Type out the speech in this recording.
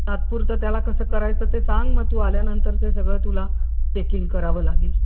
तात्पुरतं त्याला कसं करायचं ते सांग मग तू आल्यानंतर ते सगळं तुला चेकिंग करावं लागेल